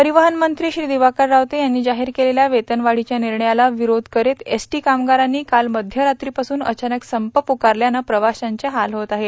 परिवहन मंत्री श्री दिवाकर रावते यांनी जाहीर केलेल्या वेतनवाढीच्या निर्णयाला विरोध करीत एसटी कामगारांनी काल मध्यरात्रीपासून अचानक संप पुकारल्यानं प्रवाशांचे हाल होत आहेत